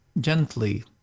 gently